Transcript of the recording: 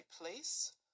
place